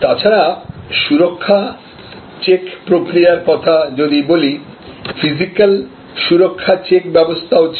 তাছাড়া সুরক্ষা চেক প্রক্রিয়ার কথা যদি বলি ফিজিক্যাল সুরক্ষা চেক ব্যবস্থাও ছিল